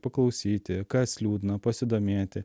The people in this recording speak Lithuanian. paklausyti kas liūdna pasidomėti